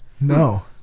No